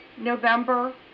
November